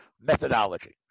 methodology